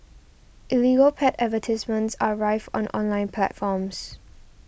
illegal pet advertisements are rife on online platforms